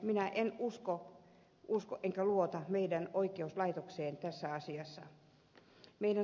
minä en usko enkä luota meidän oikeuslaitokseemme tässä asiassa